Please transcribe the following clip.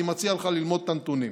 אני מציע לך ללמוד את הנתונים.